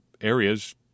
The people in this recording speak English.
areas